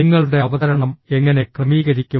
നിങ്ങളുടെ അവതരണം എങ്ങനെ ക്രമീകരിക്കും